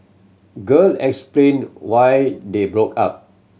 girl explain why they broke up